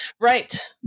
Right